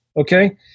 okay